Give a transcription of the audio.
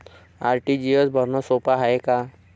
RTGS भरनं सोप हाय का?